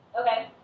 Okay